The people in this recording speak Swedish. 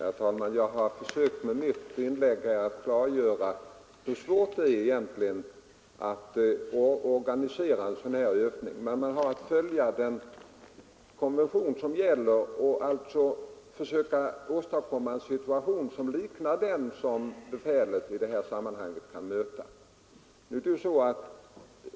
Herr talman! Jag försökte i mitt inlägg klargöra hur svårt det är att organisera en sådan här övning. Man har att följa den konvention som gäller och på det sättet försöka åstadkomma en situation som liknar den som befälet i sådana sammanhang kan möta.